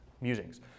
musings